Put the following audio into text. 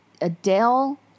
Adele